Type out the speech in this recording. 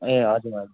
ए हजुर हजुर